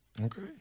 Okay